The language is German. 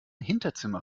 hinterzimmer